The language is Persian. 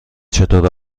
چطور